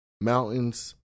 mountains